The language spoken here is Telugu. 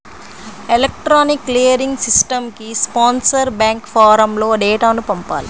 ఎలక్ట్రానిక్ క్లియరింగ్ సిస్టమ్కి స్పాన్సర్ బ్యాంక్ ఫారమ్లో డేటాను పంపాలి